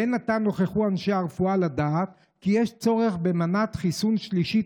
והן עתה נוכחו אנשי הרפואה לדעת כי יש צורך במנת חיסון שלישית